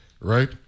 right